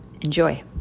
Enjoy